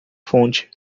fonte